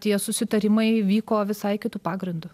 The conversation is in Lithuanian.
tie susitarimai vyko visai kitu pagrindu